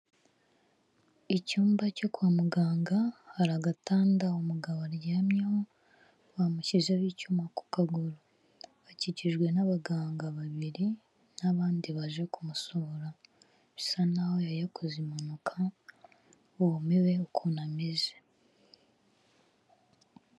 Icyumba cyo kwa muganga hari agatanda umugabo aryamyeho bamushyizeho icyuma ku kaguru, akikijwe n'abaganga babiri n'abandi baje kumusura bisa naho yari yakoze impanuka bumiwe ukuntu ameze.